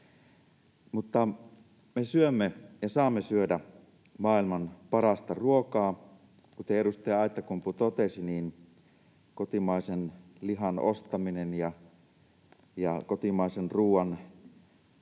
Mutta me syömme ja saamme syödä maailman parasta ruokaa. Kuten edustaja Aittakumpu totesi, kotimaisen lihan ostaminen ja kotimaisen ruoan ostaminen